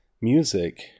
Music